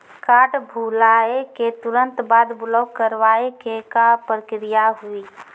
Card भुलाए के तुरंत बाद ब्लॉक करवाए के का प्रक्रिया हुई?